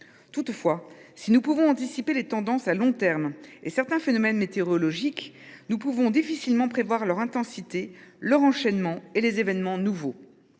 Toutefois, si nous pouvons anticiper les tendances à long terme et certains phénomènes météorologiques, nous pouvons difficilement prévoir leur intensité, leur enchaînement et les événements nouveaux.